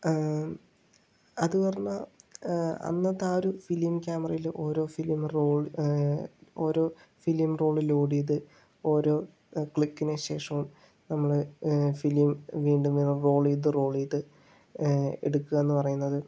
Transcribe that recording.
അത് പറഞ്ഞാൽ അന്നത്തെ ഒരു ഫിലിം ക്യാമറയിൽ ഓരോ ഫിലിമും റോള് ഓരോ ഫിലിം റോളില് ഓടിയത് ഓരോ ക്ലിക്കിന് ശേഷവും നമ്മള് ഫിലിം വീണ്ടും റോൾ ചെയ്ത് റോള് ചെയ്തു എടുക്കുക എന്ന് പറയുന്നത്